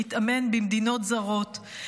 שמתאמן במדינות זרות,